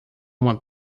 uma